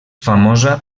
famosa